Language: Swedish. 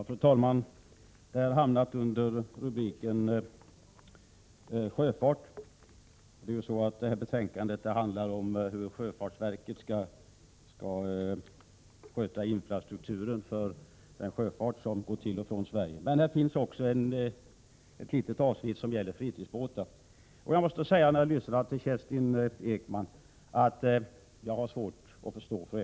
Fru talman! Denna debatt har hamnat under rubriken sjöfart. Betänkandet handlar om hur sjöfartsverket skall sköta infrastrukturen för den sjöfart som går till och från Sverige. Det finns emellertid också ett litet avsnitt som gäller fritidsbåtar. Efter att ha lyssnat till Kerstin Ekman måste jag säga att jag har svårt att förstå henne.